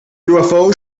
ufo